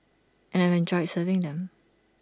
and I've enjoyed serving them